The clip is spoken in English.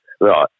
Right